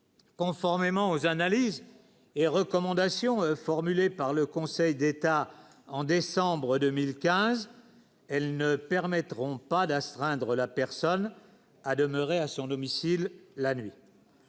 Conformément aux analyses et recommandations formulées par le Conseil d'État, en décembre 2015, elles ne permettront pas d'astreindre la personne à demeurer à son domicile la nuit.